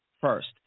first